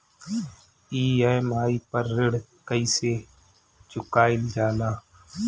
EMI पर ऋण कईसे चुकाईल जाला?